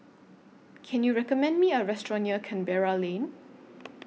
Can YOU recommend Me A Restaurant near Canberra Lane